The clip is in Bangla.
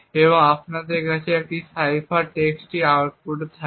এবং তারপরে আপনার কাছে একটি সাইফার টেক্সট আউটপুট থাকে